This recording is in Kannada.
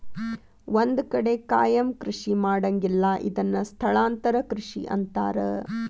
ಒಂದ ಕಡೆ ಕಾಯಮ ಕೃಷಿ ಮಾಡಂಗಿಲ್ಲಾ ಇದನ್ನ ಸ್ಥಳಾಂತರ ಕೃಷಿ ಅಂತಾರ